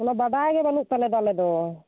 ᱚᱱᱟ ᱵᱟᱰᱟᱭ ᱜᱮ ᱵᱟᱹᱱᱩᱜ ᱛᱟᱞᱮ ᱫᱚ ᱟᱞᱮ ᱫᱚ